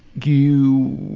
do you.